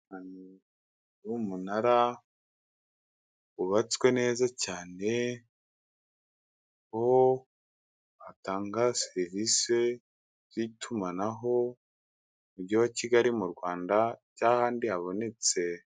Ahantu hari umunara wubatswe neza cyane, uwo batanga serivisi z'itumanaho mu umujyi wa Kigali mu Rwanda cya ahandi habonetse.